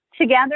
together